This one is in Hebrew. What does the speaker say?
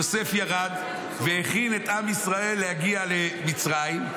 יוסף ירד והכין את עם ישראל להגיע למצרים,